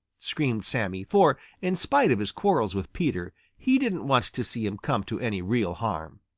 screamed sammy, for in spite of his quarrels with peter, he didn't want to see him come to any real harm.